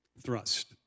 thrust